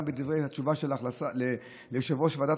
וגם בדברי התשובה שלך ליושב-ראש ועדת